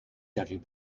judging